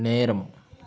நேரம்